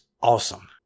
awesome